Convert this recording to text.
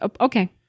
Okay